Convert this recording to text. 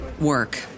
work